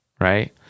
right